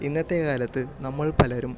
ഇന്നത്തെ കാലത്ത് നമ്മൾ പലരും